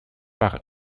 par